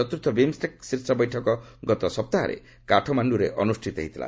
ଚତ୍ର୍ଥ ବିମ୍ଷ୍ଟେକ୍ ଶୀର୍ଷ ବୈଠକ ଗତ ସପ୍ତାହରେ କାଠମାଣ୍ଟୁରେ ଅନୁଷ୍ଠିତ ହୋଇଥିଲା